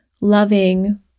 loving